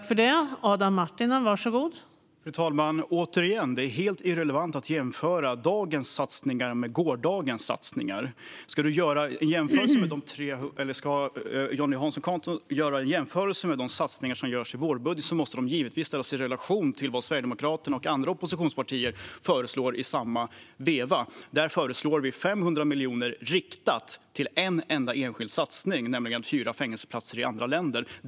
Fru talman! Återigen: Det är helt irrelevant att jämföra dagens satsningar med gårdagens satsningar. Om Jonny Cato Hansson ska göra jämförelser med de satsningar som görs i vårbudgeten måste de givetvis ställas i relation till vad Sverigedemokraterna och andra oppositionspartier föreslår i samma veva. Vi föreslår 500 miljoner riktat till en enda enskild satsning, nämligen att hyra fängelseplatser i andra länder.